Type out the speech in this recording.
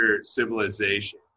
civilization